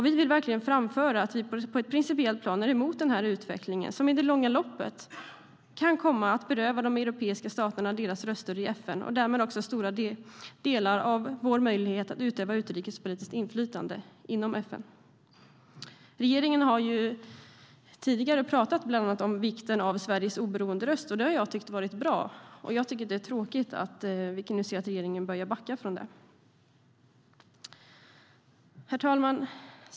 Vi vill verkligen framföra att vi på ett principiellt plan är emot denna utveckling, som i det långa loppet kan komma att beröva de europeiska staterna deras röster i FN och därmed stora delar av deras möjlighet att utöva utrikespolitiskt inflytande inom FN. Regeringen har tidigare talat om vikten av Sveriges oberoende röst, och det har jag tyckt varit bra. Jag tycker att det är tråkigt att vi nu kan se hur regeringen börjar backa från det. Herr talman!